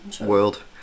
world